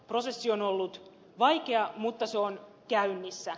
prosessi on ollut vaikea mutta se on käynnissä